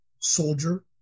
soldier